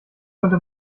könnte